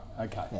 okay